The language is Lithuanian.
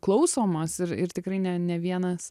klausomos ir ir tikrai ne ne vienas